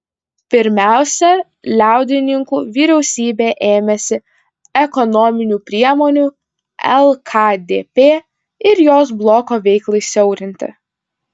pirmiausia liaudininkų vyriausybė ėmėsi ekonominių priemonių lkdp ir jos bloko veiklai siaurinti